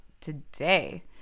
today